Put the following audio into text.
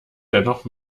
dennoch